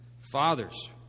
Fathers